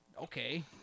okay